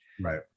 Right